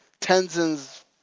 Tenzin's